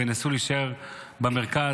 ינסו להישאר במרכז,